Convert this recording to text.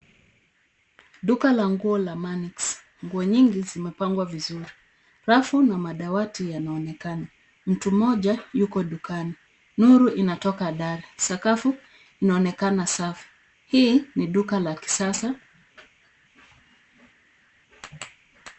Duka la nguo la manix. Nguo nyingi zimepangwa vizuri. Rafu na madawati yanaonekana. Mtu mmoja, yuko dukani. Nuru inatoka darI. Sakafu inaonekana safi. Hii, ni duka la kisasa.